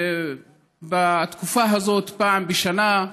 בתקופה הזאת פעם בשנה,